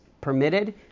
permitted